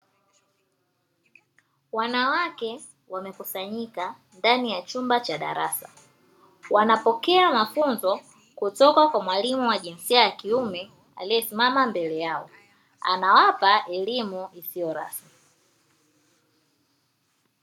Wanawake wamekusanyika ndani ya chumba cha darasa, wanapokea mafunzo kutoka kwa mwalimu wa jinsia ya kiume aliyesimama mbele yao anawapa elimu isiyo rasmi.